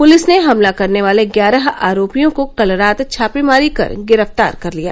police ने हमला करने वाले ग्यारह आरोपियों को कल रात छापेमारी कर गिरफ्तार कर लिया